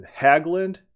Haglund